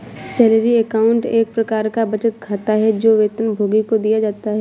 salary account एक प्रकार का बचत खाता है, जो वेतनभोगी को दिया जाता है